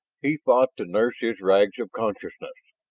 he fought to nurse his rags of consciousness.